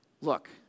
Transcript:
look